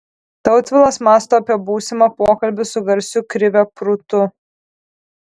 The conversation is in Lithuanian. tautvilas mąsto apie būsimą pokalbį su garsiu krive prūtu